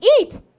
eat